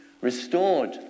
restored